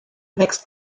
wächst